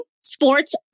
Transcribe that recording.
sports